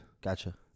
Gotcha